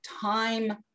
time